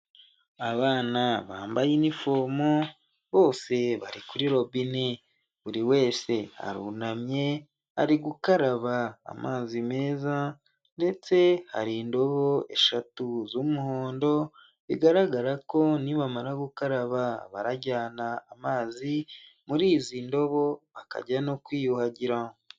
Abana bambaye inifomo bose bari kuri robine buri wese arunamye ari gukaraba amazi meza ndetse hari indobo eshatu z'umuhondo bigaragara ko nibamara gukaraba barajyana amazi muri izi ndobo bakajya no kwiyuhagira.